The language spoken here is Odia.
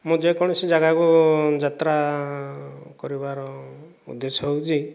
ମୁଁ ଯେକୌଣସି ଜାଗାକୁ ଯାତ୍ରା କରିବାର ଉଦ୍ଦେଶ୍ୟ ହେଉଛି